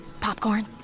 Popcorn